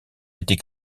été